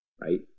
Right